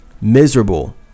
miserable